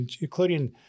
including